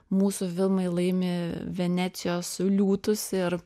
mūsų filmai laimi venecijos liūtus ir